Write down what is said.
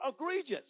egregious